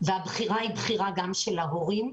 והבחירה היא גם של ההורים.